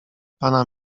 pana